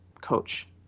coach